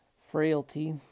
frailty